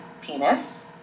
penis